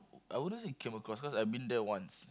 I wouldn't say came across cause I've been there once